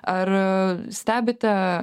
ar stebite